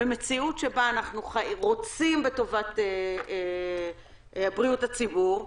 במציאות שבה אנחנו רוצים בטובת בריאות הציבור,